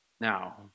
Now